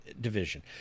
division